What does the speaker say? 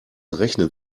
rechnen